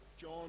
john